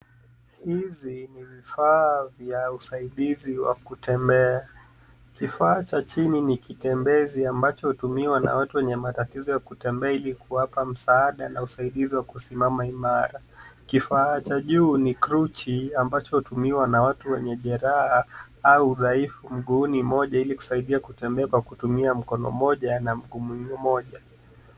Hizi ni vifaa vya usaidizi wa kutembea. Kifaa cha chini ni kitembezi ambacho hutumiwa na watu wenye matatizo ya ili kuwapa msaada na usaidizi wa kusimama imara. Kifaa cha juu ni kruchi ambao hutumiwa na watu wenye jeraha au udhaifu mguuni mmoja ili kusaidia kutembea kwa kutumia mkono mmoja na mguu mmoja.